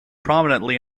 prominently